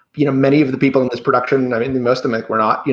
you know, many of the people in this production, i mean, the most amoc, we're not, you